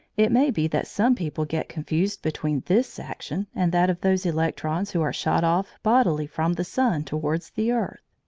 it may be that some people get confused between this action and that of those electrons who are shot off bodily from the sun towards the earth.